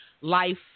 life